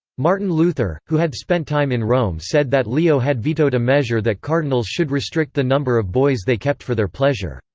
martin luther, who had spent time in rome said that leo had vetoed a measure that cardinals should restrict the number of boys they kept for their pleasure,